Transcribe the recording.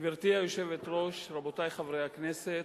גברתי היושבת-ראש, רבותי חברי הכנסת,